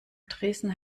tresen